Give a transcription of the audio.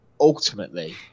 ultimately